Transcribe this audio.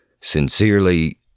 sincerely